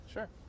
Sure